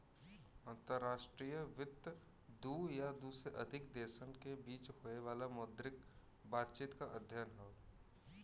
अंतर्राष्ट्रीय वित्त दू या दू से अधिक देशन के बीच होये वाला मौद्रिक बातचीत क अध्ययन हौ